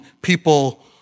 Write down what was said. people